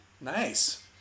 Nice